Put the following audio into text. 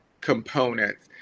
components